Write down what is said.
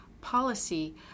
policy